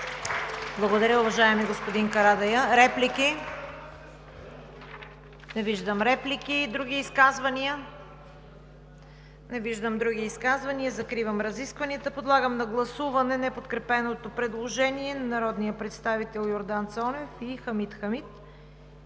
Благодаря, уважаеми господин Карадайъ. Реплики? Не виждам. Други изказвания? Не виждам. Закривам разискванията. Подлагам на гласуване неподкрепеното предложение на народния представител Йордан Цонев и Хамид Хамид